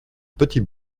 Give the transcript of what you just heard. petit